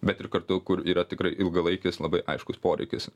bet ir kartu kur yra tikrai ilgalaikis labai aiškus poreikis